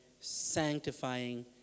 sanctifying